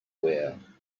wear